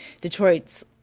detroit's